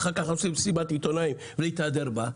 ואחר כך עושה מסיבת עיתונאים להתהדר בה,